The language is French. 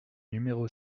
numéro